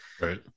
right